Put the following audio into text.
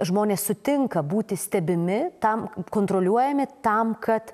žmonės sutinka būti stebimi tam kontroliuojami tam kad